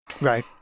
Right